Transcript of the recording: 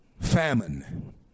famine